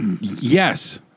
Yes